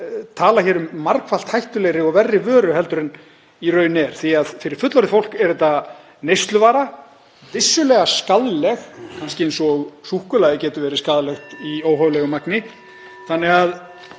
tala um margfalt hættulegri og verri vöru en raunin er, því að fyrir fullorðið fólk er þetta neysluvara, vissulega skaðleg eins og súkkulaði getur verið skaðlegt í óhóflegu magni.